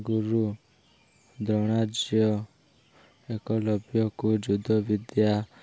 ଗୁରୁ ଦ୍ରୋଣାଚାର୍ଯ୍ୟ ଏକଲବ୍ୟକୁ ଯୁଦ୍ଧ ବିଦ୍ୟା